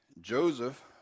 Joseph